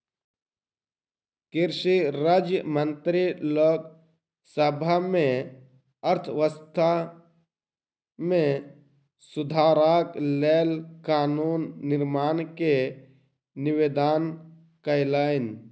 कृषि राज्य मंत्री लोक सभा में अर्थव्यवस्था में सुधारक लेल कानून निर्माण के निवेदन कयलैन